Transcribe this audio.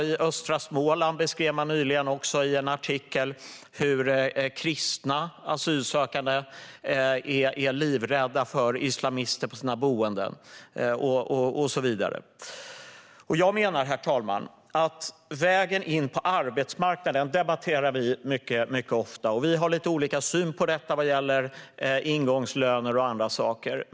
I Östra Småland beskrev man dessutom nyligen i en artikel hur kristna asylsökande är livrädda för islamister på sina boenden och så vidare. Herr talman! Vägen in på arbetsmarknaden debatterar vi mycket ofta. Vi har lite olika syn på detta vad gäller ingångslöner och andra saker.